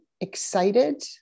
excited